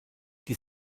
die